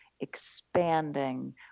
expanding